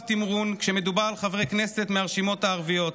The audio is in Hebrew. תמרון כשמדובר על חברי כנסת מהרשימות הערביות.